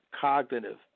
cognitive